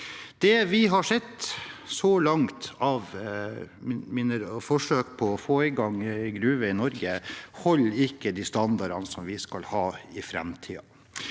Det vi så langt har sett av forsøk på å få i gang gruver i Norge, holder ikke de standardene vi skal ha i framtiden.